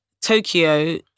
Tokyo